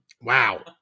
Wow